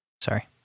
sorry